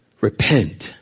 Repent